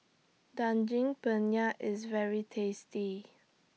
Daging Penyet IS very tasty